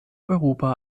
europa